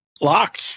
lock